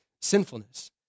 sinfulness